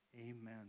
amen